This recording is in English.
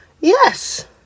Yes